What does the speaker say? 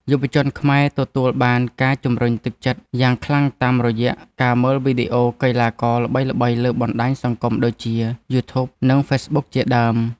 យុវជនខ្មែរទទួលបានការជំរុញទឹកចិត្តយ៉ាងខ្លាំងតាមរយៈការមើលវីដេអូកីឡាករល្បីៗលើបណ្ដាញសង្គមដូចជា យូធូប និងហ្វេសប៊ុក ជាដើម។